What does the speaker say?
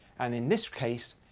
and in this case,